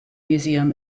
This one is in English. museum